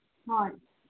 ꯍꯣꯏ